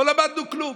לא למדנו כלום.